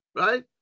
right